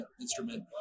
instrument